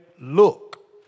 look